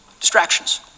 distractions